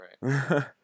Right